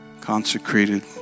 consecrated